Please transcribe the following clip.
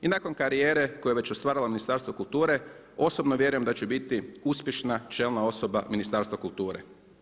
I nakon karijere koje je već ostvarila u Ministarstvu kulture osobno vjerujem da će biti uspješna čelna osoba Ministarstva kulture.